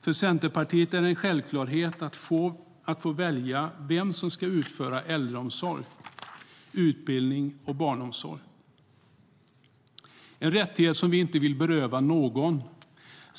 För Centerpartiet är det en självklarhet att få välja vem som ska utföra äldreomsorg, utbildning eller barnomsorg. Det är en rättighet som vi inte vill beröva någon.